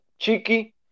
Chiqui